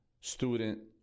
student